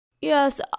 Yes